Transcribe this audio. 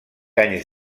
anys